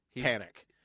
panic